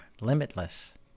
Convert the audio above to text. limitless